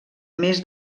més